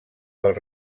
del